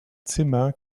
zimmer